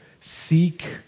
Seek